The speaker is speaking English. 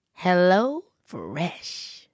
HelloFresh